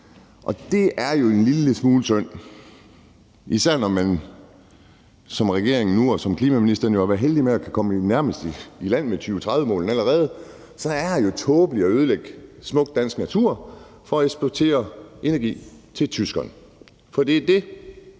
Og det er jo en lille smule synd. Især når man som regeringen og klimaministeren nu kan være heldige med nærmest at kunne få 2030-målene i land allerede, er det jo tåbeligt at ødelægge smuk dansk natur for at eksportere energi til tyskerne. For det er det,